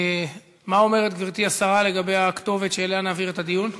מה אומרת גברתי השרה לגבי הכתובת שאליה נעביר את הדיון?